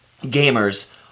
gamers